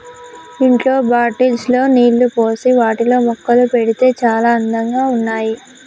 ఇంట్లో బాటిల్స్ లో నీళ్లు పోసి వాటిలో మొక్కలు పెడితే చాల అందంగా ఉన్నాయి